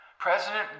President